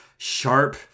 sharp